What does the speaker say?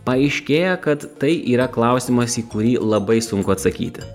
paaiškėja kad tai yra klausimas į kurį labai sunku atsakyti